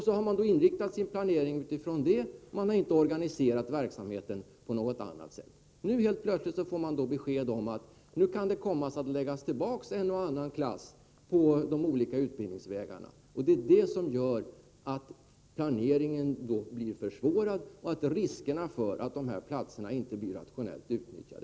Så har man då gjort sin planering på grundval av det beskedet; man har inte organiserat verksamheten på något annat sätt. Nu får man plötsligt besked om att det kan komma att läggas tillbaka en och annan klass på de olika utbildningsvägarna. Det försvårar planeringen och ökar riskerna att dessa platser inte blir rationellt utnyttjade.